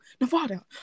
Nevada